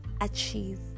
achieve